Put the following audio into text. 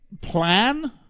plan